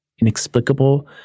inexplicable